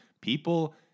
People